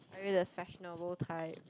are you the fashionable type